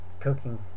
cooking